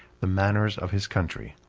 the manners of his country.